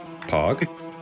Pog